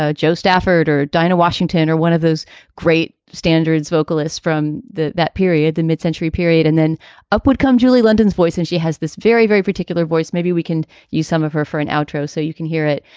ah jo stafford or dinah washington or one of those great standards vocalists from that period, the mid-century period. and then upwhat come julie london's voice. and she has this very, very particular voice. maybe we can use some of her for an outro so you can hear it,